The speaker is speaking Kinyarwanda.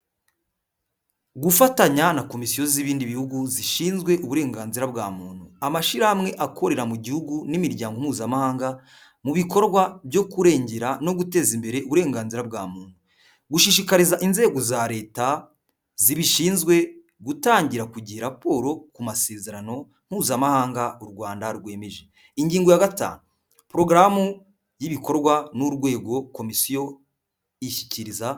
Gufatanya na komisiyo z' ibindi bihugu zishinzwe uburenganzira bwa muntu, amashyirahamwe akorera mu gihugu n'imiryango mpuzamahanga mu bikorwa byo kurengera no guteza imbere uburenganzira bwa muntu, gushishikariza inzego za leta zibishinzwe gutangira kugira ku gihe raporo ku masezerano mpuzamahanga, u Rwanda rwemeje, ingingo ya gatanu porogaramu y'ibikorwa n'urwego komisiyo ishyikiriza.